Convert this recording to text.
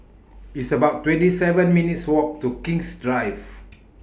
It's about twenty seven minutes' Walk to King's Drive